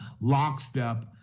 lockstep